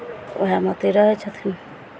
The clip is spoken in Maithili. उएहमे अथि रहै छथिन